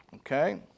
Okay